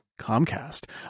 Comcast